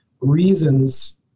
reasons